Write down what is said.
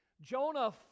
Jonah